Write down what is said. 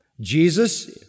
Jesus